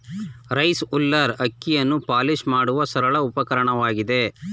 rice huller ಅಕ್ಕಿಯನ್ನು polish ಮಾಡುವ ಸರಳ ಉಪಕರಣವಾಗಿದೆ